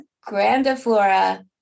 grandiflora